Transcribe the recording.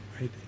right